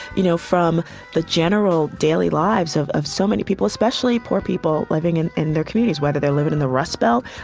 you know, from the general daily lives of of so many people, especially poor people living in in their communities, whether they're living in the rust belt,